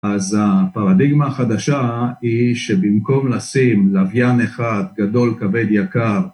אז הפרדיגמה החדשה היא שבמקום לשים לוויין אחד גדול כבד יקר